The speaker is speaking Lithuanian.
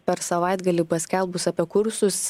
per savaitgalį paskelbus apie kursus